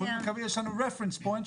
יש לנו reference point,